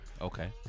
Okay